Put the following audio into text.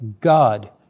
God